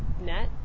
net